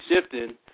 shifting